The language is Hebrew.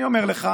אני אומר לך